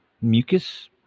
mucus